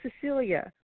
Cecilia